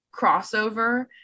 crossover